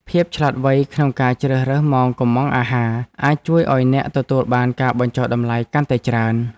ភាពឆ្លាតវៃក្នុងការជ្រើសរើសម៉ោងកុម្ម៉ង់អាហារអាចជួយឱ្យអ្នកទទួលបានការបញ្ចុះតម្លៃកាន់តែច្រើន។